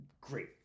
great